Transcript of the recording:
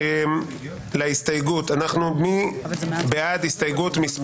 על ההסתייגות הקודמת.